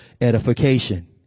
edification